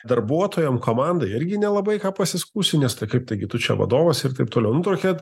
darbuotojam komandai irgi nelabai ką pasiskųsi nes tai kaip taigi tu čia vadovas ir taip toliau tokia